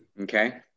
Okay